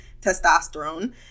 testosterone